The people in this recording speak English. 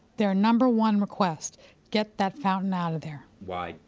their number one request get that fountain out of there. why?